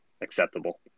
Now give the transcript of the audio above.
acceptable